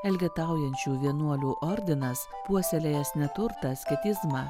elgetaujančių vienuolių ordinas puoselėjęs neturtą asketizmą